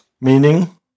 meaning